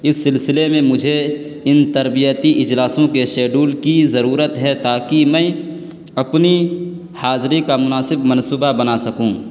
اس سلسلے میں مجھے ان تربیتی اجلاسوں کے شیڈیول کی ضرورت ہے تاکہ میں اپنی حاضری کا مناسب منصوبہ بنا سکوں